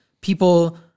people